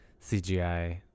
cgi